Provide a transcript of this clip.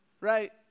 right